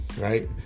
right